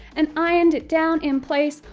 and ironed it down in place,